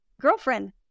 girlfriend